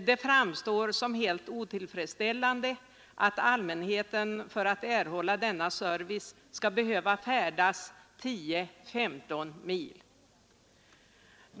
Det framstår som helt otillfredsställande att allmänheten, för att erhålla denna service, skall behöva färdas 10—15 mil.